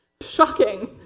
Shocking